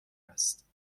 است